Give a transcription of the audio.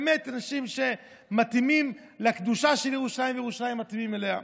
באמת אנשים שמתאימים לקדושה של ירושלים וירושלים מתאימה להם.